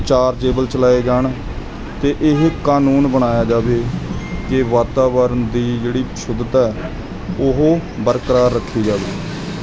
chargeable ਚਲਾਏ ਜਾਣ ਅਤੇ ਇਹ ਕਾਨੂੰਨ ਬਣਾਇਆ ਜਾਵੇ ਕਿ ਵਾਤਾਵਰਨ ਦੀ ਜਿਹੜੀ ਸ਼ੁੱਧਤਾ ਹੈ ਉਹ ਬਰਕਰਾਰ ਰੱਖੀ ਜਾਵੇ